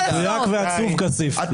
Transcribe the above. חבר הכנסת כסיף.